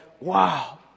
wow